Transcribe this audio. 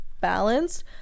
balanced